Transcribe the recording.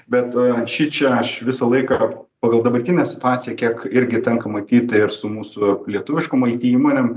bet šičia aš visą laiką pagal dabartinę situaciją kiek irgi tenka matyti ir su mūsų lietuviškom aitį įmonėm